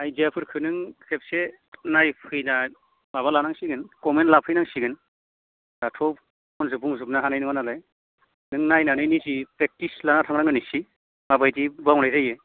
आइडियाफोरखौ नों खेबसे नायफैना माबा लानांसिगोन कमेन्त लाफैनांसिगोन दाथ' फनजों बुंजोबनो हानाय नङा नालाय नों नायनानै निजि प्रेकटिस लाना थांनांगोन एसे मा बायदि मावनाय जायो